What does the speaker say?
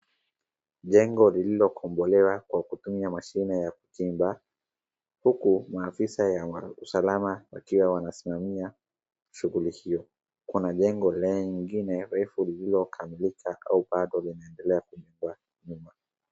Jengo lililokombolewa kwa kutumia mashine ya kuchimba, huku maafisa ya usalama wakiwa wanasimamia shughuli hiyo. Kuna jengo lengine refu lililokamilika au bado linaendelea kujengwa nyuma.